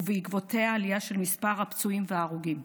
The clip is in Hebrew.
ובעקבותיה לעלייה במספר הפצועים וההרוגים.